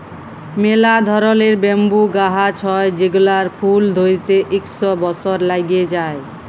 ম্যালা ধরলের ব্যাম্বু গাহাচ হ্যয় যেগলার ফুল ধ্যইরতে ইক শ বসর ল্যাইগে যায়